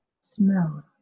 smell